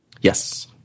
Yes